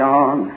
on